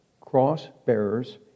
cross-bearers